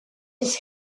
his